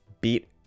beat